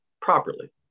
properly